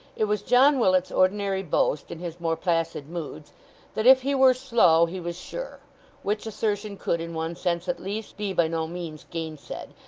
it was john willet's ordinary boast in his more placid moods that if he were slow he was sure which assertion could, in one sense at least, be by no means gainsaid,